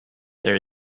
there